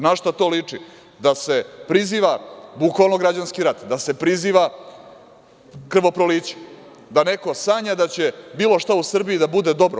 Na šta to liči da se priziva bukvalno građanski rat, da se priziva krvoproliće, da neko sanja da će bilo šta u Srbiji da bude dobro.